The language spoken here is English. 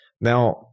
Now